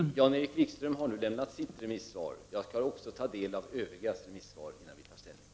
Herr talman! Jan-Erik Wikström har nu lämnat sitt remissvar. Jag skall också ta del av de övrigas remissvar innan vi tar ställning.